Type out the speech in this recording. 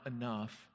enough